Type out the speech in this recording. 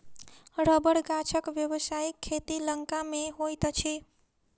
रबड़ गाछक व्यवसायिक खेती लंका मे होइत अछि